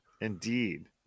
Indeed